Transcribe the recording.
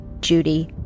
Judy